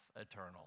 eternal